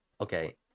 Okay